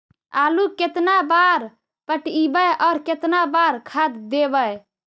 आलू केतना बार पटइबै और केतना बार खाद देबै?